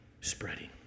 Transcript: spreading